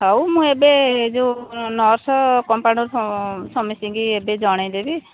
ହଉ ମୁଁ ଏବେ ଯେଉଁ ନର୍ସ କମ୍ପାଉଣ୍ଡର ସମସ୍ତଙ୍କୁ ଏବେ ଜଣେଇ ଦେବି